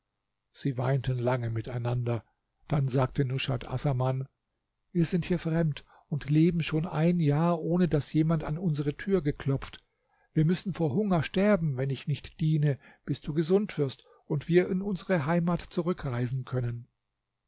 sie weinten lange miteinander dann sagte nushat assaman wir sind hier fremd und leben schon ein jahr ohne daß jemand an unsere tür geklopft wir müssen vor hunger sterben wenn ich nicht diene bis du gesund wirst und wir in unsere heimat zurückreisen können